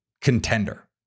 contender